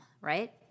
right